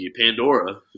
Pandora